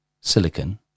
silicon